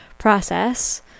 process